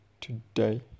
today